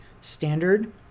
standard